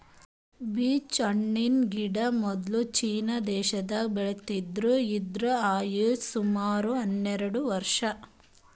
peach ಹಣ್ಣಿನ್ ಗಿಡ ಮೊದ್ಲ ಚೀನಾ ದೇಶದಾಗ್ ಬೆಳಿತಿದ್ರು ಇದ್ರ್ ಆಯುಷ್ ಸುಮಾರ್ ಹನ್ನೆರಡ್ ವರ್ಷ್